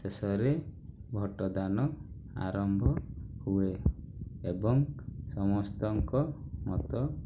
ଶେଷରେ ଭୋଟଦାନ ଆରମ୍ଭ ହୁଏ ଏବଂ ସମସ୍ତଙ୍କ ମତ